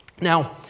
Now